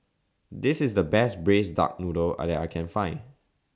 This IS The Best Braised Duck Noodle that I Can Find